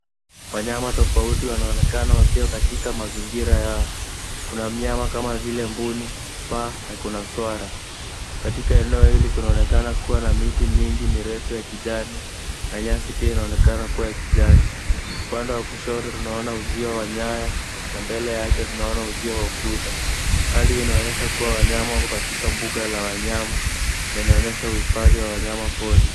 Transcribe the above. Wanyama tofauti wanaoenakana wakiwa katika mazingira yao. Kuna wanyama kama vile mbuni, paa na kuna swara. Katika eneo hili kunaonekana kuwa na miti mingi mirefu ya kijani na nyasi pia inaonekana kuwa ya kijani. Upande wa kushoto tunaona uziwa wa nyaya na mbele yake tunaona uziwa wa ukuta. Hali inaonyesha kuwa wanyama wako katika mbuga la wanyama na inaonyesha uhifadhi wa wanyama pori.